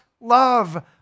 love